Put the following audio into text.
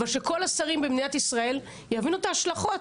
אבל שכל השרים במדינת ישראל יבינו את ההשלכות,